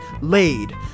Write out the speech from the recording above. laid